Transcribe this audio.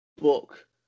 book